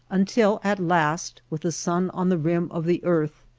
until at last with the sun on the rim of the earth,